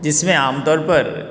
जिसमें आमतौर पर